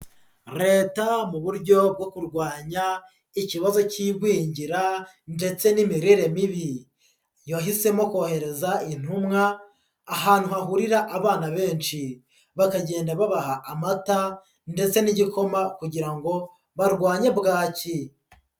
Leta mu buryo bwo kurwanya ikibazo cy'igwingira ndetse n'imirire mibi, yahisemo kohereza intumwa ahantu hahurira abana benshi bakagenda babaha amata ndetse n'igikoma kugira ngo barwanye bwaki.